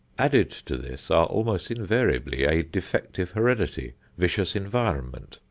added to this are almost invariably a defective heredity, vicious environment,